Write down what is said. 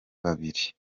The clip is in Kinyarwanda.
babiri